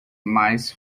mas